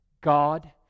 God